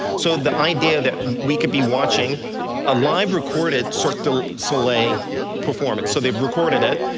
so the idea that we could be watching a live recorded cirque du soleil performance, so they've recorded it,